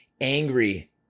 angry